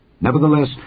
Nevertheless